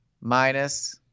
minus –